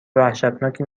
وحشتناکی